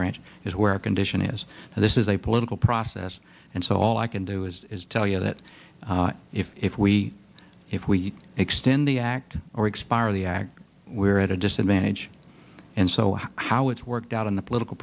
branch is where condition is this is a political process and so all i can do is tell you that if we if we extend the act or expire of the act we're at a disadvantage and so how it's worked out in the political